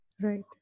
Right